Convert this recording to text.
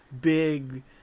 big